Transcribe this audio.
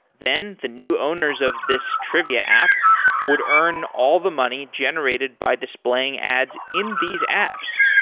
then the new owners of this trivia app would earn all the money generated by displaying ads in these apps.